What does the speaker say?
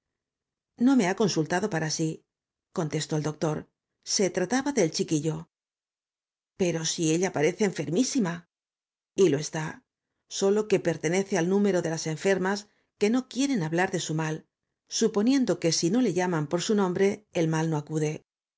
no me ha consultado para sí contestó el doctor se trataba del chiquillo pero si ella parece enfermísima y lo está sólo que pertenece al número de las enfermas que no quieren hablar de su mal suponiendo que si nó le llaman por su nombre el mal no acude